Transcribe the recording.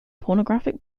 pornographic